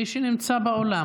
מי שנמצא באולם.